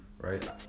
right